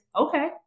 Okay